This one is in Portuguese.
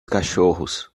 cachorros